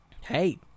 hey